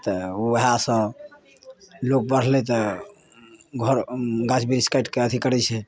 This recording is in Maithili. तऽ ओहएसँ लोग बढ़लै तऽ घर गाछ बृछ काटि कऽ अथी करैत छै